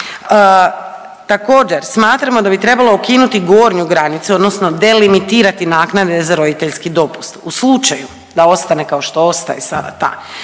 Također, smatramo da bi trebalo ukinuti gornju granicu odnosno delimitirati naknade za roditeljski dopust. U slučaju da ostane kao što ostaje sada ta